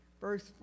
Verse